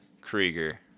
Krieger